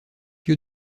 lieu